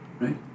Right